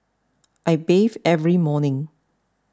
I bathe every morning